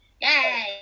yay